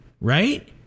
right